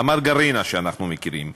המרגרינה שאנחנו מכירים.